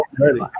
ready